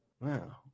Wow